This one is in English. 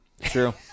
True